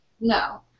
No